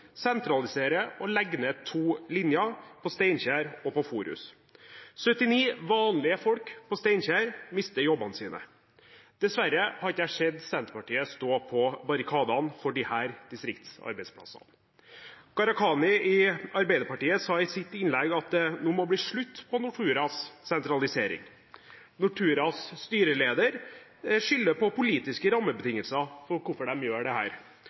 og legger ned to linjer: på Steinkjer og på Forus. 79 vanlige folk på Steinkjer mister jobbene sine. Dessverre har jeg ikke sett Senterpartiet stå på barrikadene for disse distriktsarbeidsplassene. Gharahkhani i Arbeiderpartiet sa i sitt innlegg at det nå må bli slutt på Norturas sentralisering. Norturas styreleder skylder på politiske rammebetingelser når det gjelder hvorfor de gjør